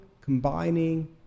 combining